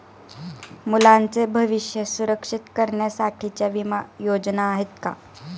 मुलांचे भविष्य सुरक्षित करण्यासाठीच्या विमा योजना आहेत का?